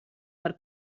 per